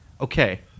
Okay